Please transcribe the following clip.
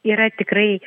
yra tikrai